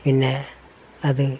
പിന്നെ അത്